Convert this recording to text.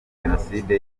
jenoside